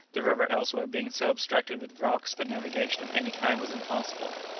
the river elsewhere being so obstructed with rocks that navigation of any kind was impossible.